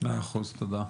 מאה אחוז, תודה.